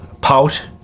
Pout